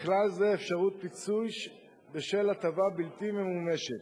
ובכלל זה אפשרות פיצוי בשל הטבה בלתי ממומשת.